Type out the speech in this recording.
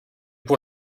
pour